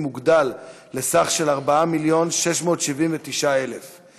הוגדל לסכום של 4 מיליון ו-679,000 ש"ח,